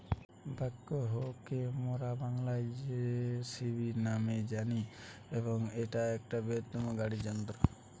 backhoe কে মোরা বাংলায় যেসিবি ন্যামে জানি এবং ইটা একটা বৃহত্তম গাড়ি যন্ত্র